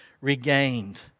regained